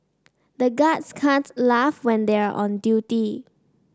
the guards can't laugh when they are on duty